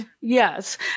Yes